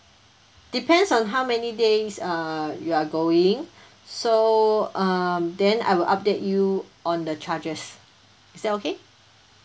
depends on how many days uh you are going so um then I will update you on the charges is that okay